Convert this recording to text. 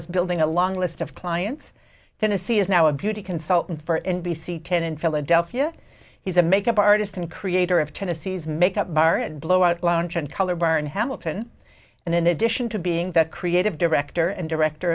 as building a long list of clients tennessee is now a beauty consultant for n b c ten in philadelphia he's a makeup artist and creator of tennessee's make up bar and blow out lounge and color burn hamilton and in addition to being that creative director and director